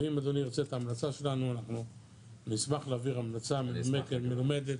ואם אדוני ירצה את ההמלצה שלנו אנחנו נשמח להעביר המלצה מנומקת ומלומדת.